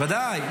ודאי.